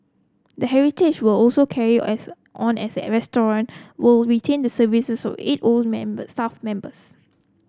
the heritage were also carry as on as the restaurant roll retain the services of eight old members staff members